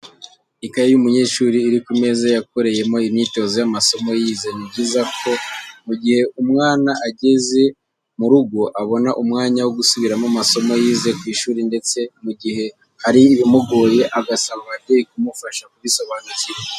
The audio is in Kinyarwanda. Ikaye y'umunyeshuri iri ku meza, yakoreyemo imyitozo y'amasomo yize, ni byiza ko mu gihe umwana ageze mu rugo, abona umwanya wo gusubiramo amasomo yize ku ishuri ndetse mu gihe hari ibimugoye agasaba ababyeyi kumufasha kubisobanukirwa.